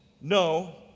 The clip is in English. no